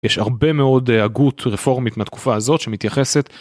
יש הרבה מאוד הגות רפורמית מהתקופה הזאת שמתייחסת.